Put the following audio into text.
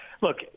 Look